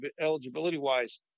eligibility-wise